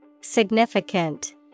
Significant